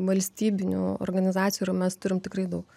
valstybinių organizacijų ir mes turim tikrai daug